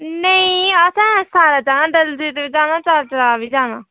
नेईं असें सारें जाना डल झील जाना चार चिनार बी जाना